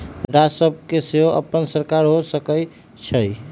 राज्य सभ के सेहो अप्पन सरकार हो सकइ छइ